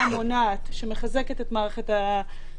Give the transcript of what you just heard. גם כאן בוועדה שמעתי שאלות שלא התקבלו לגביהן נתונים,